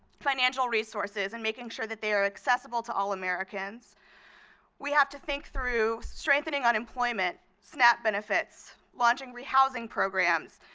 financial resources and making sure that they are accessible to all americans we have to think through strengthening unemployment, snap benefits, launching rehousing programs,